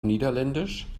niederländisch